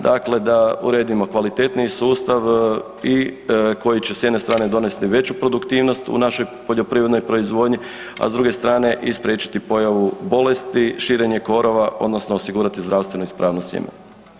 Dakle, da uredimo kvalitetniji sustav i koji će s jedne strane donesti veći produktivnost u našoj poljoprivrednoj proizvodnji, a s druge strane i spriječiti pojavu bolesti, širenje korova odnosno osigurati zdravstvenu ispravnost sjemena.